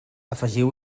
afegiu